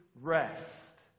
rest